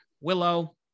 Willow